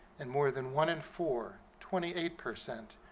and more than one in four, twenty eight percent